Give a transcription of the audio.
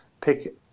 pick